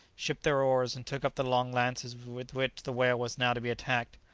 shipped their oars and took up the long lances with which the whale was now to be attacked.